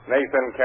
Nathan